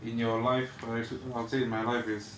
in your life I would say in my life is